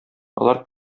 алар